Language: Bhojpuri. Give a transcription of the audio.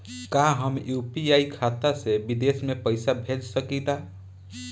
का हम यू.पी.आई खाता से विदेश में पइसा भेज सकिला?